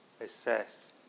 assess